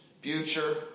future